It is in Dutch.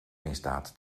misdaad